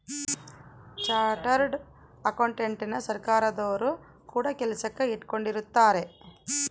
chartered ಅಕೌಂಟೆಂಟನ ಸರ್ಕಾರದೊರು ಕೂಡ ಕೆಲಸಕ್ ಇಟ್ಕೊಂಡಿರುತ್ತಾರೆ